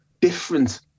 different